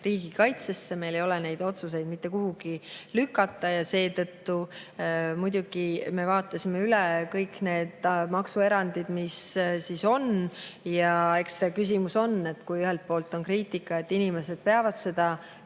riigikaitsesse. Meil ei ole neid otsuseid mitte kuhugi lükata. Seetõttu me muidugi vaatasime üle kõik maksuerandid, mis on. Eks see küsimus ole see, et kui ühelt poolt on kriitika, et inimesed peavad seda